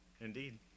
Indeed